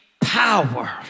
power